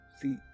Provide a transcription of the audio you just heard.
See